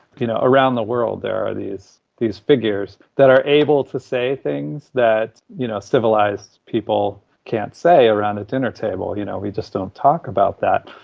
you know, around the world. there are these these figures that are able to say things that, you know, civilised people can't say around a dinner table, you know, we just don't talk about that.